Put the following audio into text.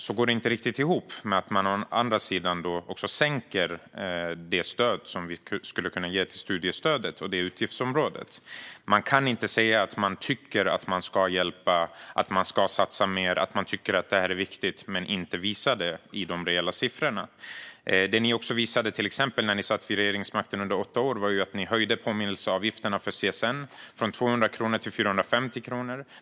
Det går inte riktigt ihop med att de å andra sidan sänker det stöd som vi skulle kunna ge till studiestödet och det utgiftsområdet. Man kan inte säga att man tycker att man ska hjälpa, ska satsa mer och att man tycker att det är viktigt och sedan inte visar det i de reella siffrorna. Det ni till exempel visade när ni satt vid regeringsmakten under åtta år var att ni höjde påminnelseavgifterna för CSN från 200 kronor till 450 kronor.